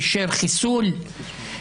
אישר חיסול,